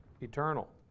eternal